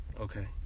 Okay